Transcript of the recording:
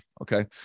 Okay